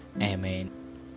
Amen